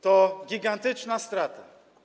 To gigantyczna strata.